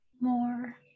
more